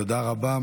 תודה רבה.